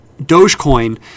Dogecoin